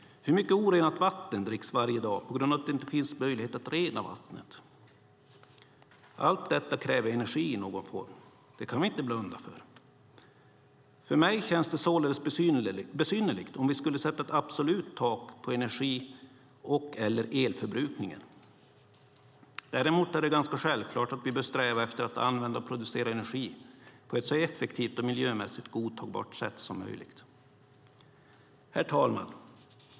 Hur mycket orenat vatten dricks varje dag på grund av att det inte finns möjlighet att rena vattnet? Allt detta kräver energi i någon form. Det kan vi inte blunda för. För mig känns det således besynnerligt att vi skulle sätta ett absolut tak på energi eller elförbrukningen. Däremot är det ganska självklart att vi bör sträva efter att använda och producera energi på ett så effektivt och miljömässigt godtagbart sätt som möjligt. Herr talman!